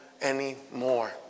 anymore